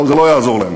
טוב, זה לא יעזור להם,